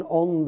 on